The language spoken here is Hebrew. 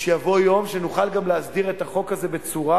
שיבוא יום שנוכל גם להסדיר את החוק הזה בצורה